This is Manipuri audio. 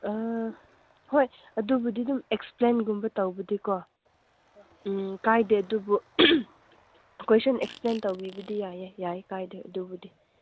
ꯍꯣꯏ ꯑꯗꯨꯕꯨꯗꯤ ꯑꯗꯨꯝ ꯑꯦꯛꯁꯄ꯭ꯂꯦꯟꯒꯨꯝꯕ ꯇꯧꯕꯗꯤꯀꯣ ꯀꯥꯏꯗꯦ ꯑꯗꯨꯕꯨ ꯀꯣꯏꯁꯟ ꯑꯦꯛꯁꯄ꯭ꯂꯦꯟ ꯇꯧꯕꯤꯕꯗꯤ ꯌꯥꯏꯌꯦ ꯌꯥꯏ ꯀꯥꯏꯗꯦ ꯑꯗꯨꯕꯨꯗꯤ